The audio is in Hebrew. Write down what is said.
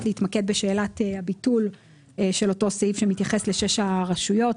להתמקד בשאלת הביטול של אותו סעיף שמתייחס ל-6 הרשויות,